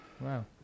Wow